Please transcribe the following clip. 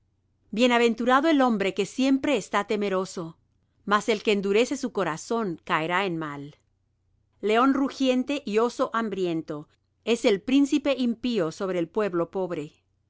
bienaventurado el hombre que siempre está temeroso mas el que endurece su corazón caerá en mal león rugiente y oso hambriento es el príncipe impío sobre el pueblo pobre